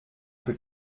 que